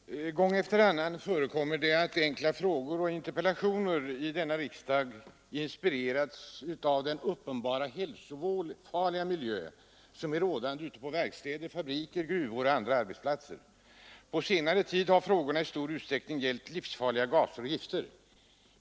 Herr talman! Gång efter annan förekommer att enkla frågor och interpellationer i denna riksdag inspirerats av den uppenbart hälsofarliga miljö som är rådande ute på verkstäder, fabriker, gruvor och andra arbetsplatser. På senare tid har frågorna i stor utsträckning gällt livsfarliga gaser och gifter.